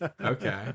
okay